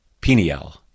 Peniel